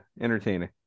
entertaining